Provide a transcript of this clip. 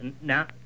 Now